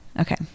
okay